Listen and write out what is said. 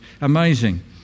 amazing